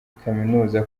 kaminuza